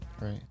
Right